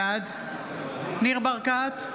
בעד ניר ברקת,